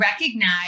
recognize